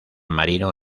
marino